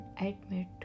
admit